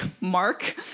mark